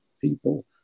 people